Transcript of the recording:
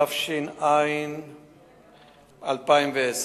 (הוראות שעה)